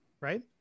right